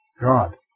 God